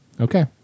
Okay